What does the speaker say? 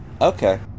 Okay